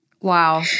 Wow